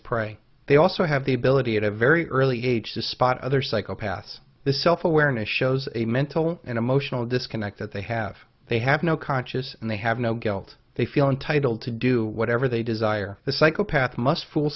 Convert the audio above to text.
prey they also have the ability at a very early age to spot other psychopaths the self awareness shows a mental and emotional disconnect that they have they have no conscious and they have no guilt they feel entitled to do whatever they desire the psychopaths must fool